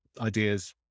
ideas